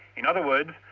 in other words,